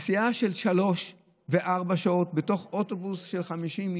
נסיעה של שלוש וארבע שעות בתוך אוטובוס של 50 איש,